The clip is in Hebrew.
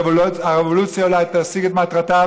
הרבולוציה אולי תשיג את מטרתה,